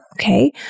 okay